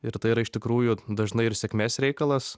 ir tai yra iš tikrųjų dažnai ir sėkmės reikalas